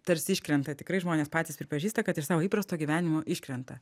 tarsi iškrenta tikrai žmonės patys pripažįsta kad iš savo įprasto gyvenimo iškrenta